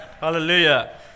hallelujah